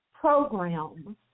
program